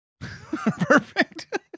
Perfect